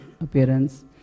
appearance